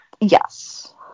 Yes